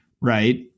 right